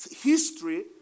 history